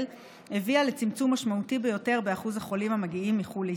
הביאה לצמצום משמעותי ביותר באחוז החולים המגיעים מחו"ל לישראל.